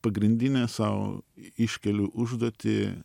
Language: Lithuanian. pagrindinę sau iškeliu užduotį